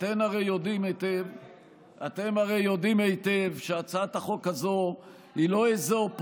אתם הרי יודעים היטב שהצעת החוק הזו היא לא איזו,